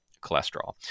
cholesterol